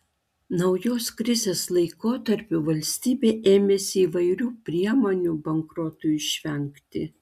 naujos krizės laikotarpiu valstybė ėmėsi įvairių priemonių bankrotui išvengti